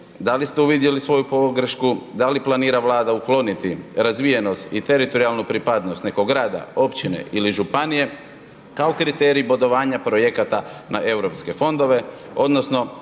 da li ste uvidjeli svoju pogrešku, da li planira Vlada ukloniti razvijenost i teritorijalnu pripadnost nego grada, općine ili županije, kao kriterij bodovanja projekata na eu fondove odnosno